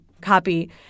copy